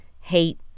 hate